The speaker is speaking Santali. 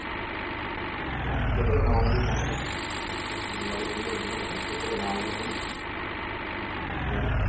ᱵᱟᱝ ᱡᱚᱛᱚᱜᱮ ᱱᱟᱣᱟ ᱢᱳᱰᱮᱞ ᱯᱷᱳᱱ ᱠᱟᱱᱟ ᱢᱟᱨᱮ ᱢᱳᱰᱮᱞ ᱫᱚ ᱢᱤᱫᱴᱮᱱ ᱦᱚᱸ ᱵᱟᱹᱱᱩᱜᱼᱟ ᱡᱚᱛᱚᱜᱮ ᱱᱟᱣᱟ ᱢᱳᱰᱮᱞ ᱠᱟᱱᱟ